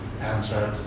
answered